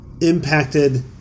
impacted